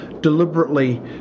Deliberately